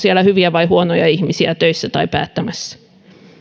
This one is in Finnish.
siellä hyviä vai huonoja ihmisiä töissä tai päättämässä